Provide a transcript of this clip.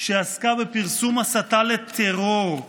שעסקה בפרסום הסתה לטרור,